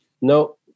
no